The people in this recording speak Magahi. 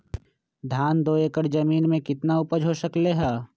धान दो एकर जमीन में कितना उपज हो सकलेय ह?